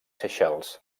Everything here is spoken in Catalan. seychelles